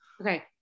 Okay